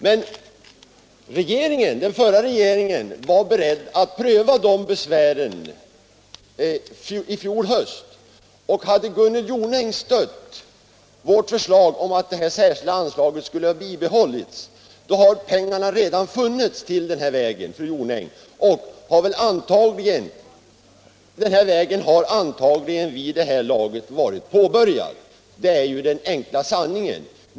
Men den förra regeringen var beredd att pröva de besvären i fjol höstas och hade Gunnel Jonäng stött vårt förslag om att det särskilda anslaget skulle bibehållas hade pengar redan funnits till den här vägen, och vägen hade antagligen vid det här laget varit påbörjad. Det är den enkla sanningen!